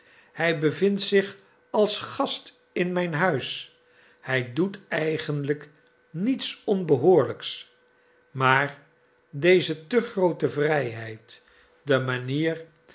hij bevindt zich als gast in mijn huis hij doet eigenlijk niets onbehoorlijks maar deze te groote vrijheid de manier